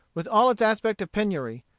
with all its aspect of penury,